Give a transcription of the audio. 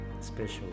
special